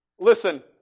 Listen